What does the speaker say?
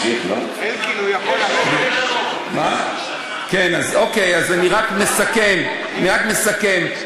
טוב, אז אני רק מסכם, אני רק מסכם.